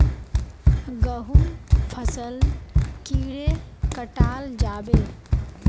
गहुम फसल कीड़े कटाल जाबे?